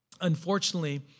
unfortunately